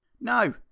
No